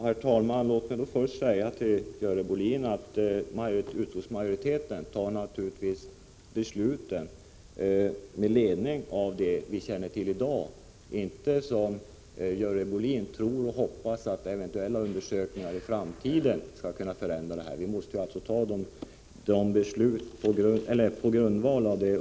Herr talman! Låt mig först säga till Görel Bohlin att utskottsmajoriteten naturligtvis fattar sina beslut på grundval av de omständigheter som vi känner till i dag och inte enligt vad vi hoppas kan komma i framtiden.